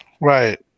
right